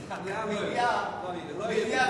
מליאה